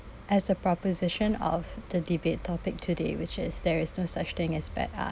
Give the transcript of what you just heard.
as a proposition of the debate topic today which is there is no such thing as bad uh